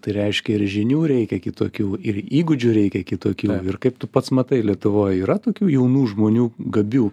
tai reiškia ir žinių reikia kitokių ir įgūdžių reikia kitokių ir kaip tu pats matai lietuvoj yra tokių jaunų žmonių gabių